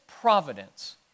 Providence